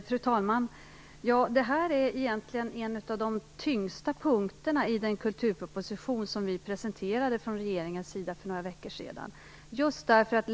Fru talman! Detta är egentligen en av de tyngsta punkterna i den kulturproposition som regeringen presenterade för några veckor sedan.